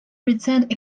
retained